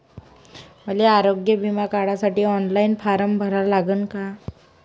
मले आरोग्य बिमा काढासाठी ऑनलाईन फारम भरा लागन का?